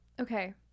okay